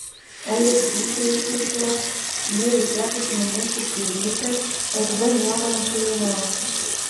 elgeta tyčiojasi iš jos jį reikėtų šunimis užpjudyti bet tada nieko nesužinosi